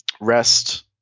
rest